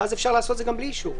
ואז אפשר לעשות את זה גם בלי אישור.